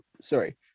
sorry